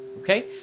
okay